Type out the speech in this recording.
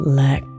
let